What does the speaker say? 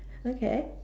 okay